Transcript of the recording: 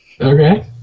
Okay